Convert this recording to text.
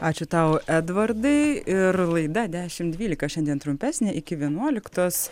ačiū tau edvardai ir laida dešim dvylika šiandien trumpesnė iki vienuoliktos